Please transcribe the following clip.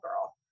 girl